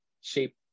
shape